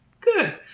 Good